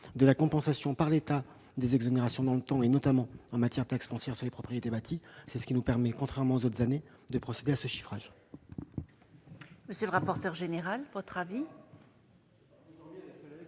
de la compensation par l'État des exonérations dans le temps, notamment en matière de taxe foncière sur les propriétés bâties. C'est ce qui nous permet, contrairement aux autres années, de procéder à ce chiffrage. La parole est à M. le rapporteur général. Il est